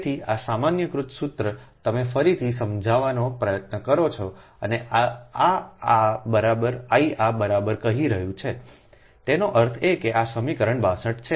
તેથી આ સામાન્યકૃત સૂત્ર તમે ફરીથી સમજવાનો પ્રયત્ન કરો છો અને I આ બરાબર કહી રહ્યો છુંતેનો અર્થ એ કે આ સમીકરણ 62 છે